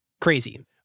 Crazy